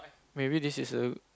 maybe this is a